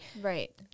Right